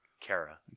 Kara